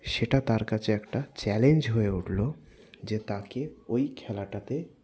সেটা তার কাছে একটা চ্যালেঞ্জ হয়ে উঠলো যে তাকে ওই খেলাটাতে